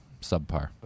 subpar